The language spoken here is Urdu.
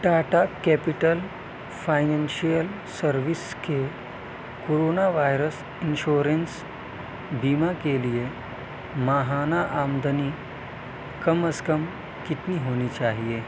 ٹا ٹا کیپیٹل فائنینشیل سروس کے کورونا وائرس انشورنس بیمہ کے لیے ماہانہ آمدنی کم از کم کتنی ہونی چاہیے